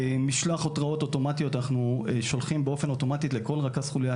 משלוח התראות אוטומטיות אנחנו שולחים באופן אוטומטי לכל רכז חולייה